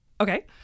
Okay